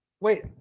wait